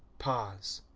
pause.